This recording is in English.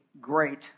great